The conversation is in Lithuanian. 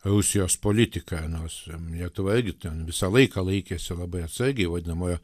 rusijos politiką nors lietuva irgi ten visą laiką laikėsi labai atsargiai vadinamojo